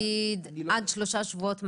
נגיד, אפשר לומר עד שלושה שבועות מהיום?